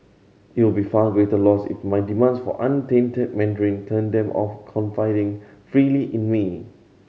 it would be far greater loss if my demands for untainted Mandarin turned them off confiding freely in me